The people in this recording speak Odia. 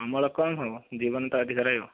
ଅମଳ କମ ହେବ ଜୀବନ ତ ଅଧିକା ରହିବ